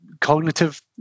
cognitive